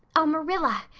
oh, marilla,